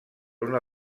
una